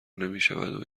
نمیشود